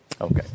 Okay